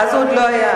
אז הוא עוד לא היה.